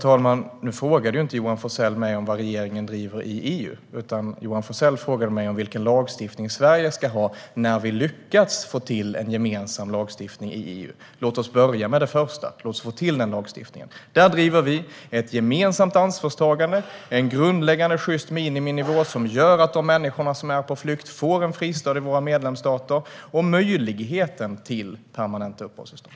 Herr talman! Nu frågade Johan Forssell mig inte vad regeringen driver för linje i EU utan vilken lagstiftning Sverige ska ha när vi väl lyckats få till en gemensam lagstiftning i EU. Låt oss börja med det första och få till den lagstiftningen! Där driver vi ett gemensamt ansvarstagande, en grundläggande sjyst miniminivå, som gör att de människor som är på flykt får en fristad i våra medlemsstater, och möjligheten till permanenta uppehållstillstånd.